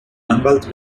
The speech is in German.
anwalt